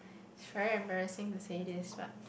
is very embarrassing to say this one